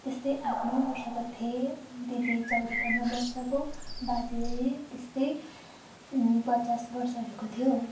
त्यस्तै आठ नौ वर्षको थिएँ दिदी चौध पन्ध्र वर्षको बाजे त्यस्तै पचास वर्षहरूको थियो